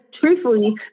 truthfully